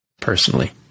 personally